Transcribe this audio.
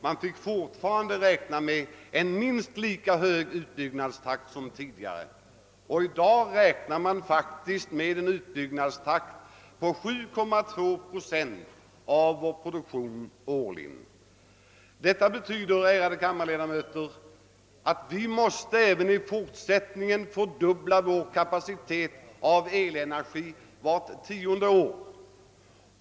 Man fick fortfarande räkna med en minst lika hög utbyggnadstakt som tidigare, och i dag räknar man faktiskt med en utbyggnadstakt på 7,2 procent av vår produktion årligen. Detta betyder, ärade kammarledamöter, att vi även i fortsättningen måste fördubbla vår kapacitet av elenergi vart tionde år.